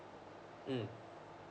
mm